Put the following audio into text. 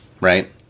right